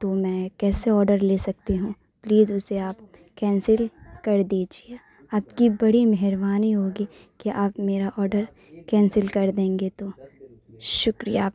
تو میں کیسے آرڈر لے سکتی ہوں پلیز اسے آپ کینسل کر دیجیے آپ کی بڑی مہربانی ہوگی کہ آپ میرا آرڈر کینسل کر دیں گے تو شکریہ آپ کا